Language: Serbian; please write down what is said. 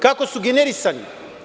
Kako su generisani?